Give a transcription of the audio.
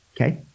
okay